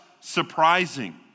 surprising